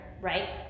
right